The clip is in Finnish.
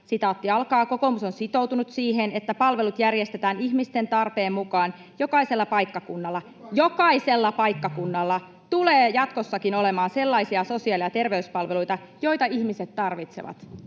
19.1.2022: ”Kokoomus on sitoutunut siihen, että palvelut järjestetään ihmisten tarpeen mukaan jokaisella paikkakunnalla. Jokaisella paikkakunnalla tulee jatkossakin olemaan sellaisia sosiaali- ja terveyspalveluita, joita ihmiset tarvitsevat.”